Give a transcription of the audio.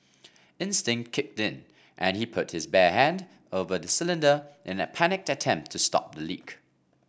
instinct kicked in and he put his bare hand over the cylinder in a panicked attempt to stop the leak